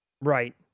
right